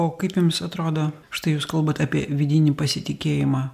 o kaip jums atrodo štai jūs kalbat apie vidinį pasitikėjimą